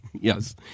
Yes